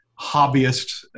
hobbyist